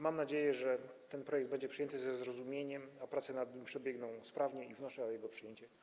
Mam nadzieję, że ten projekt będzie przyjęty ze zrozumieniem, a prace nad nim przebiegną sprawnie i wnoszę o jego przyjęcie.